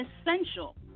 essential